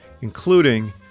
including